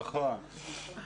נכון.